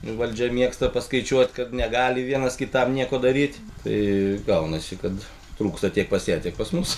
valdžia mėgsta paskaičiuot kad negali vienas kitam nieko daryt tai gaunasi kad trūksta tiek pas ją tiek pas mus